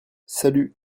salut